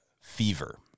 fever